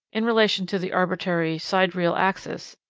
in relation to the arbitrary sidereal axis,